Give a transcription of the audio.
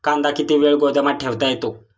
कांदा किती वेळ गोदामात ठेवता येतो?